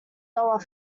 dollar